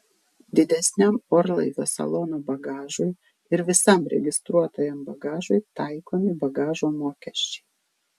didesniam orlaivio salono bagažui ir visam registruotajam bagažui taikomi bagažo mokesčiai